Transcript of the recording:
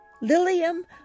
Lilium